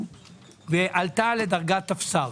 ועלתה לדרגת טפסר,